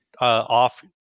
off